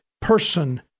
person